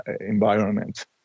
environment